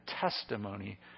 testimony